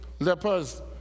Lepers